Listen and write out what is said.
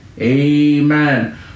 Amen